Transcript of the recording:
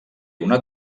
una